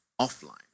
offline